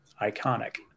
iconic